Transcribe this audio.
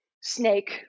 snake